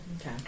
okay